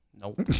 nope